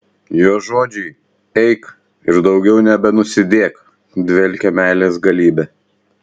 jo žodžiai eik ir daugiau nebenusidėk dvelkia meilės galybe